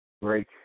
break